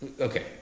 okay